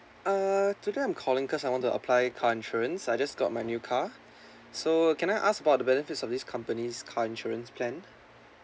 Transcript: uh today I'm calling cause I want to apply car insurance I just got my new car so can I ask about the benefits of this company's car insurance plan